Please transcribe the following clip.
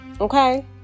Okay